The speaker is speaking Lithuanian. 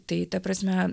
tai ta prasme